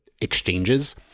exchanges